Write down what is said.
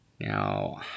Now